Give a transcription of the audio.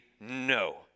no